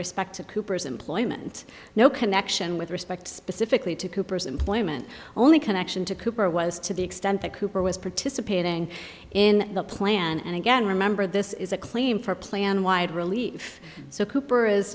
respect to cooper's employment no connection with respect specifically to cooper's employment only connection to cooper was to the extent that cooper was participating in the plan and again remember this is a claim for plan wide relief so cooper